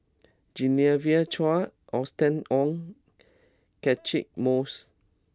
Genevieve Chua Austen Ong Catchick Moses